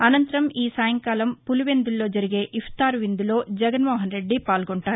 అనంతరం ఈ సాయంకాలం పులివెందుల్లో జరిగే ఇఫ్తార్ విందులో జగన్నోహనరెడ్డి పాల్గొంటారు